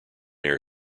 air